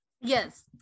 Yes